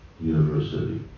university